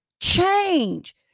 Change